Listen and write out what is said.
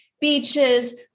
beaches